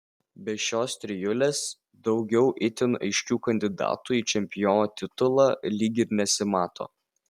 be šios trijulės daugiau itin aiškių kandidatų į čempiono titulą lyg ir nesimato